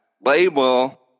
label